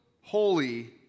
holy